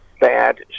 bad